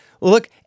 Look